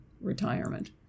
retirement